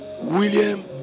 William